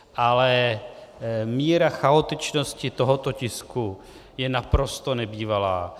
Ale míra chaotičnosti tohoto tisku je naprosto nebývalá.